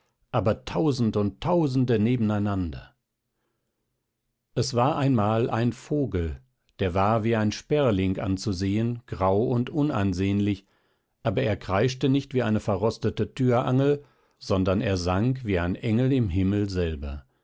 aber tausend aber tausende nebeneinander es war einmal ein vogel der war wie ein sperling anzusehen grau und unansehnlich aber er kreischte nicht wie eine verrostete türangel sondern er sang wie ein engel im himmel selber